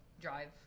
drive